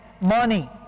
money